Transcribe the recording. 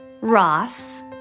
Ross